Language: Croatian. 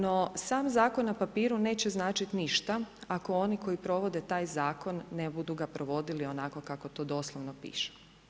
No sam zakon na papiru neće značit ništa ako oni koji provode taj zakon ne budu ga provodili onako kako to doslovno piše.